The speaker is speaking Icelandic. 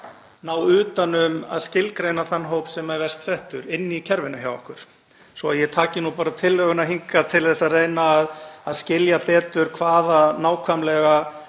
ná utan um að skilgreina þann hóp sem er verst settur inn í kerfinu hjá okkur, svo ég taki nú bara tillöguna hingað til að reyna að skilja betur nákvæmlega